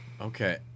Okay